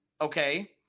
okay